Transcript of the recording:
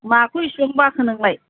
माखौ इसेबां बाखो नोंलाय